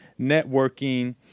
networking